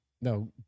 no